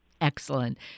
Excellent